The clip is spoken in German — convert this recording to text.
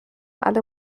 alle